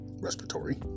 respiratory